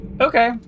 Okay